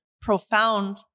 Profound